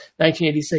1986